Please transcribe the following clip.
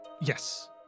Yes